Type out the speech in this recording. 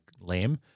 lame